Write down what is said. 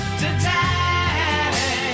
today